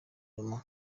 nyuma